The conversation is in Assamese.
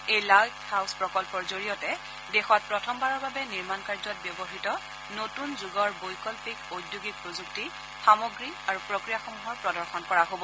এই লাইট হাউচ প্ৰকল্পৰ জৰিয়তে দেশত প্ৰথমবাৰৰ বাবে নিৰ্মাণ কাৰ্যত ব্যৱহৃত নতুন যুগৰ বৈকল্পিক ঔদ্যোগিক প্ৰযুক্তি সামগ্ৰী আৰু প্ৰক্ৰিয়াসমূহৰ প্ৰদৰ্শন কৰা হ'ব